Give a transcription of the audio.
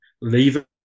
leave